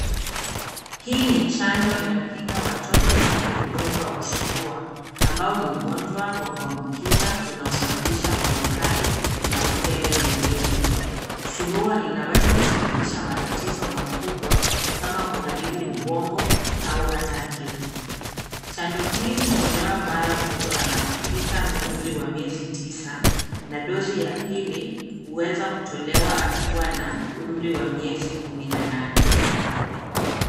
Hii ni chanjo inayokinga watoto dhidi ua ugonjwa wa surua ambao ni ugonjwa wa kuambukiza unaosababisha homa kali na upele mwilini. Surua inaweza kusababisha matatizo makubwa kama kuharibu ubongo au hata kifo. Chanjo hii hutolewa mara mtoto anapofika umri wa miezi tisa na dosi ya pili huweza kutolewa akiwa na umri wa miezi kumi na nane.